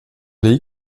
les